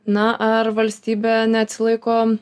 na ar valstybė neatsilaiko